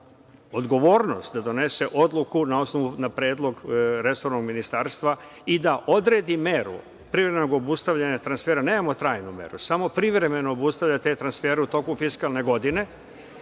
da donese odluku na predlog resornog ministarstva i da odredi meru privremenog obustavljanja transfera. Nemamo trajnu meru, samo privremeno obustavlja te transfere u toku fiskalne godine.